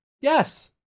Yes